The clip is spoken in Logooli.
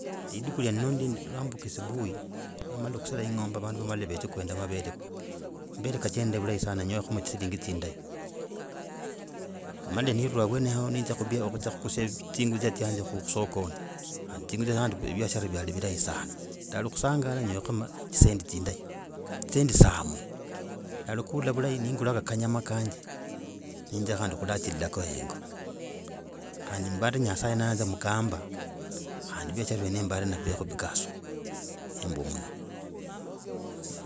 Lidiku lwa luno ndi lwa mbuki asubuhi lwa malle kusala engombe vandu vammale vadzye gwenda mavele, mavele gachendl bulahi sana. Nyoleko silingi zindayi. Malle nendula awenao ninzya kubiashara kugudzia zingutsa tsyanje khusokoni khandi zinguza khandi biashara vyali bilahi sana, ndali khusangala khandi nyolako zisendi zindayi, zisendi some, ndali guula bulahi nengulako kanyama kanje nendzya kandi kulaachilako hengo khandi mbara nyasaye na ayanza mugambe khandi biashara vyenevyo mbara avieko vukasi. Embu muno.